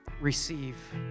receive